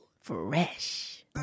Fresh